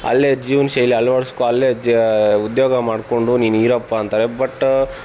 ಅಲ್ಲೇ ಜೀವ್ನ ಶೈಲಿ ಅಳವಡಿಸ್ಕೊ ಅಲ್ಲೇ ಜ ಉದ್ಯೋಗ ಮಾಡಿಕೊಂಡು ನೀನು ಇರಪ್ಪ ಅಂತಾರೆ ಬಟ್